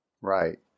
Right